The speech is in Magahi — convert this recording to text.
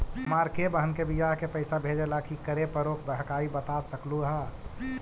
हमार के बह्र के बियाह के पैसा भेजे ला की करे परो हकाई बता सकलुहा?